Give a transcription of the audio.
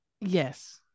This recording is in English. Yes